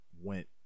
went